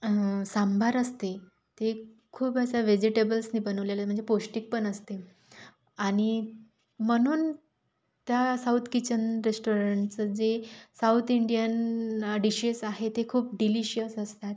सांभार असते ते खूप असं व्हेजिटेबल्सनी बनवलेलं म्हणजे पौष्टिक पण असते आणि म्हणून त्या साऊत किचन रेस्टॉरंटचं जे साऊत इंडियन डिशेस आहे ते खूप डिलिशियस असतात